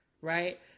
right